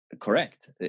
correct